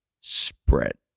spread